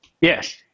Yes